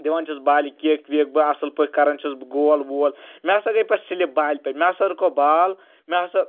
دِوان چھُس بالہِ کِک وِک بہٕ اصٕل پٲٹھۍ کران چھُس بہٕ گول ووٚل مےٚ ہسا گٔے پَتہٕ سِلِپ بالہِ پؠٹھ مےٚ ہسا رُکٲو بال مےٚ ہسا